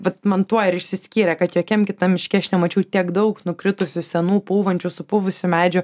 vat man tuo ir išsiskyrė kad jokiam kitam miške aš nemačiau tiek daug nukritusių senų pūvančių supuvusių medžių